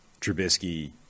Trubisky